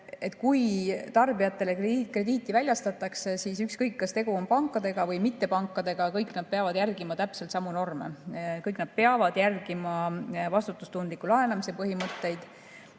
Kui tarbijatele krediiti väljastatakse, ükskõik, kas tegu on pankadega või mittepankadega, kõik nad peavad järgima täpselt samu norme. Kõik nad peavad järgima vastutustundliku laenamise põhimõtteid,